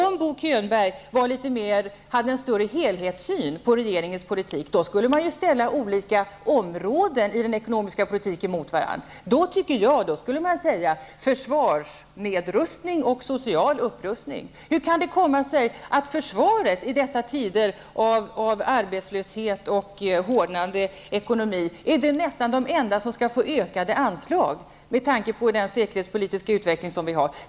Om Bo Könberg hade en bättre helhetssyn på regeringens politik, skulle han ställa olika områden inom den ekonomiska politiken mot varandra, t.ex. försvarsnedrustning mot social upprustning. Hur kan det komma sig, mot bakgrund av den säkerhetspolitiska utveckling som vi har, att försvaret i dessa tider av arbetslöshet och hårdnande ekonomi är nästan det enda som skall få ökade anslag?